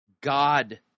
God